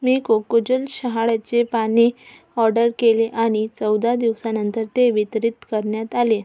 मी कोकोजल शहाळ्याचे पाणी ऑर्डर केले आणि चौदा दिवसांनंतर ते वितरित करण्यात आले